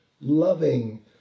loving